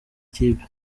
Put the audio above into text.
kipe